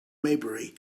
maybury